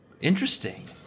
Interesting